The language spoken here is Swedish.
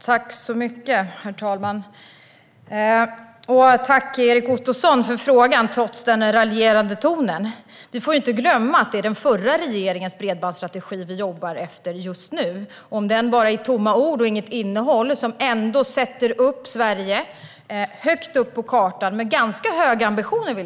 Herr talman! Tack, Erik Ottoson, för frågan - trots den raljerande tonen. Vi får inte glömma att det är den förra regeringens bredbandsstrategi som regeringen jobbar efter nu. Är den bara tomma ord med inget innehåll, men kan den ändå placera Sverige på kartan med höga ambitioner?